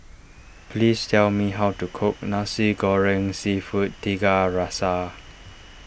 please tell me how to cook Nasi Goreng Seafood Tiga Rasa